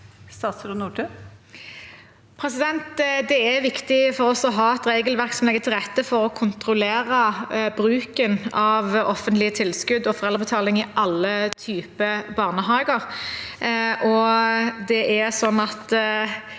det er viktig å ha et regelverk som legger til rette for å kontrollere bruken av offentlige tilskudd i alle typer barnehager.